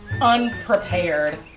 unprepared